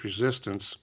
resistance